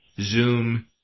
Zoom